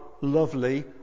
lovely